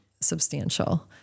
substantial